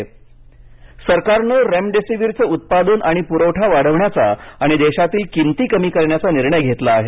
remdesivir सरकारने रेमडेसिवीरचे उत्पादन आणि पुरवठा वाढविण्याचा आणि देशातील किमती कमी करण्याचा निर्णय घेतला आहे